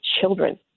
children